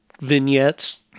vignettes